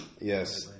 Yes